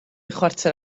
chwarter